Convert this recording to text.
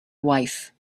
wife